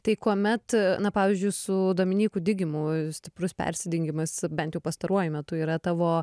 tai kuomet na pavyzdžiui su dominyku digimu stiprus persidengimas bent jau pastaruoju metu yra tavo